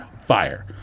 fire